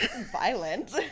Violent